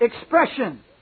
expression